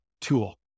tool